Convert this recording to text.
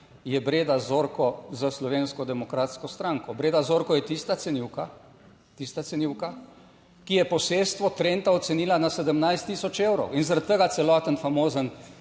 je Breda Zorko za Slovensko demokratsko stranko. Breda Zorko je tista cenilka, tista cenilka, ki je posestvo Trenta ocenila na 17000 evrov in zaradi tega celoten famozen